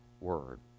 word